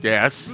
Yes